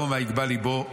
וירום ויגבה ליבו,